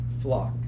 flock